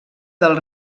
del